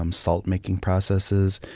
um salt-making processes,